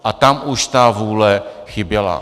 Ale tam už ta vůle chyběla.